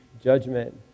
judgment